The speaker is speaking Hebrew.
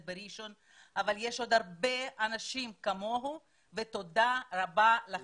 בראשון אבל יש עוד הרבה אנשםי כמוהו ותודה רבה לכם.